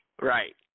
Right